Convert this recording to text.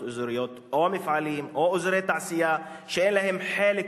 אזוריות או מפעלים או אזורי תעשייה שאין להם חלק,